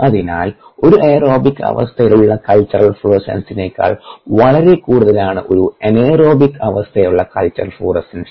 അതിനാൽ ഒരു എയറോബിക് അവസ്ഥയിലുള്ള കൾച്ചർ ഫ്ലൂറസെൻസിനേക്കാൾ വളരെ കൂടുതലാണ് ഒരു എനേറോബിക് അവസ്ഥയിലുള്ള കൾച്ചർ ഫ്ലൂറസെൻസ്